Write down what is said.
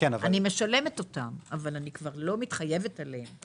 אני משלמת אותן אבל אני כבר לא מתחייבת עליהן.